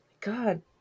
God